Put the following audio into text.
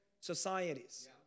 societies